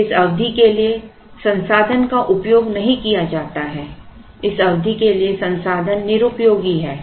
फिर इस अवधि के लिए संसाधन का उपयोग नहीं किया जाता है इस अवधि के लिए संसाधन निस्र्पयोगी है